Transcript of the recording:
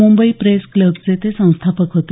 Mumbai press क्लबचे ते संस्थापक होते